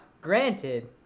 granted